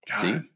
See